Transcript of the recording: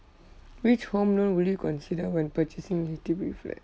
which home loan will you consider when purchasing H_D_B flat